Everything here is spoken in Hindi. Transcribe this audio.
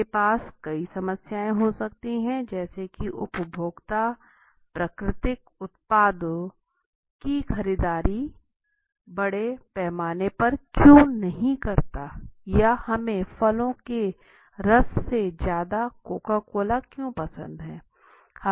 आपके पास कई समस्याएं हो सकती जैसे की उपभोक्ता प्राकृतिक उत्पादों की खरीदारी बड़े पैमाने पर क्यों नहीं करते या हमे फलों के रास से ज़्यादा कोका कोला क्यों पसंद है